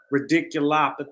ridiculopathy